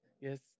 yes